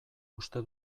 uste